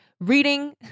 reading